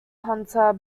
hunter